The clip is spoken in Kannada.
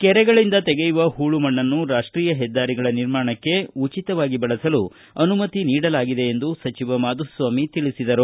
ಕೆರೆಗಳಿಂದ ತೆಗೆಯುವ ಪೂಳು ಮಣ್ಣನ್ನು ರಾಷ್ವೀಯ ಹೆದ್ದಾರಿಗಳ ನಿರ್ಮಾಣಕ್ಕೆ ಉಚಿತವಾಗಿ ಬಳಸಲು ಅನುಮತಿ ನೀಡಲಾಗಿದೆ ಎಂದು ಸಚಿವ ಮಾಧುಸ್ವಾಮಿ ತಿಳಿಸಿದರು